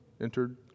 entered